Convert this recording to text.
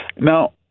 Now